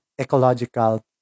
ecological